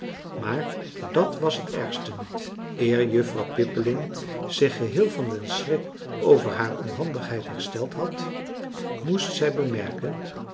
maar dat was het ergste niet eer juffrouw pippeling zich geheel van den schrik over haar onhandigheid hersteld had moest zij bemerken